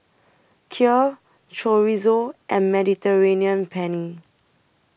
Kheer Chorizo and Mediterranean Penne